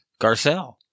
Garcelle